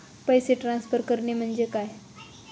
पैसे ट्रान्सफर करणे म्हणजे काय?